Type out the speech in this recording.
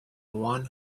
one